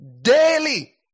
daily